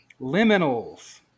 Liminals